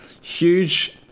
huge